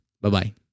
Bye-bye